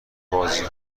بازی